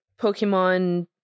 Pokemon